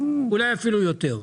אולי אפילו יותר,